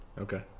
okay